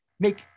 make